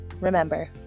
Remember